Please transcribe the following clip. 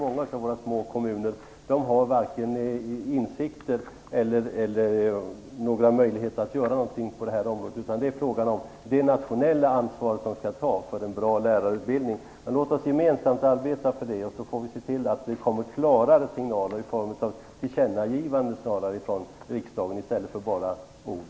Många av våra små kommuner har varken insikten eller några möjligheter att göra något på det här området. Det är fråga om det nationella ansvar som skall tas för en bra lärarutbildning. Låt oss gemensamt arbeta för det. Sedan får vi se till att det kommer klarare signaler i form av tillkännagivanden från riksdagen i stället för bara ord.